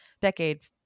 decade